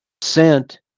sent